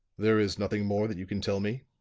there is nothing more that you can tell me?